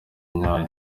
nyayo